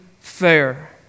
fair